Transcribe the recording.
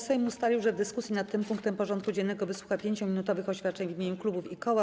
Sejm ustalił, że w dyskusji nad tym punktem porządku dziennego wysłucha 5-minutowych oświadczeń w imieniu klubów i koła.